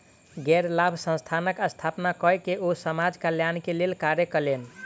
गैर लाभ संस्थानक स्थापना कय के ओ समाज कल्याण के लेल कार्य कयलैन